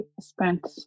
spent